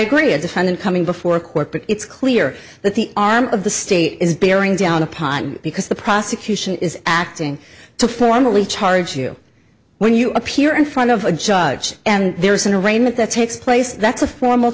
agree a defendant coming before a court but it's clear that the arm of the state is bearing down upon because the prosecution is acting to formally charge you when you appear in front of a judge and there is an arraignment that takes place that's a formal